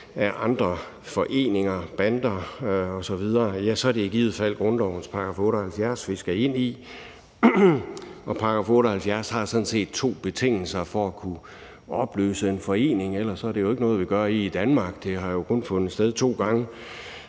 af andre foreninger, bander osv., er det i givet fald grundlovens § 78, vi skal ind i, og § 78 opstiller sådan set to betingelser for at kunne opløse en forening. Det er jo ellers ikke noget, vi gør i Danmark. Det har jo kun fundet sted tre gange